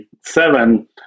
seven